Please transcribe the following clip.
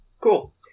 Cool